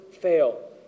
fail